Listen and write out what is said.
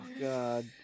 God